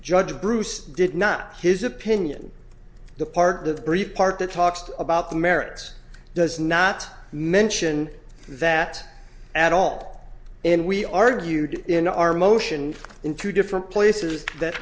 judge bruce did not his opinion the part that the brief part that talks about the merits does not mention that at all and we argued in our motion in two different places that